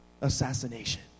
assassination